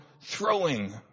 throwing